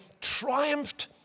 triumphed